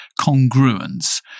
congruence